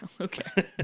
Okay